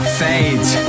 fades